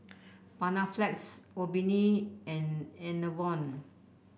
Panaflex Obimin and Enervon